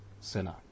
sinner